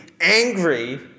angry